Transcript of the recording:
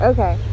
Okay